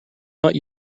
not